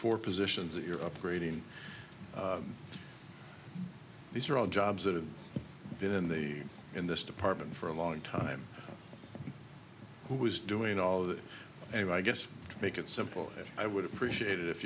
for positions that you're operating these are all jobs that have been in the in this department for a long time who is doing all of that and i guess make it simple i would appreciate it if